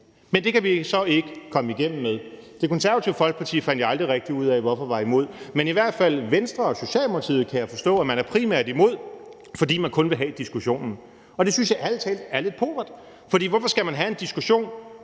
Men det kan vi så ikke komme igennem med. Det Konservative Folkeparti fandt jeg aldrig rigtig ud af hvorfor var imod, men i hvert fald kan jeg forstå, at Venstre og Socialdemokratiet primært er imod, fordi man kun vil have diskussionen. Det synes jeg ærlig talt er lidt pauvert. Hvorfor skal man have en diskussion,